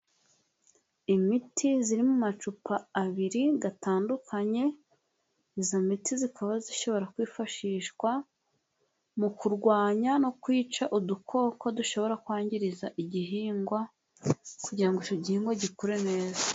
Imiti iri mu macupa abiri atandukanye iyo miti ikaba ishobora kwifashishwa mu kurwanya, no kwica udukoko dushobora kwangiriza igihingwa kugirango icyo gihingwa gikure neza.